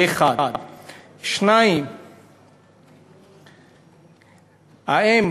זה, 1. 2. האם